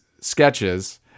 sketches